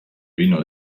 vino